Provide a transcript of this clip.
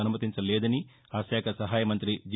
అనుమతించలేదని ఆ శాఖ సహాయ మంతి జి